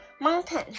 mountain